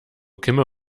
kimme